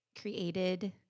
created